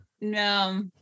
no